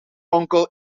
uncle